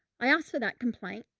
i asked for that complaint,